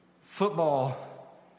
football